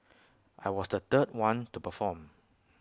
I was the third one to perform